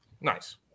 Nice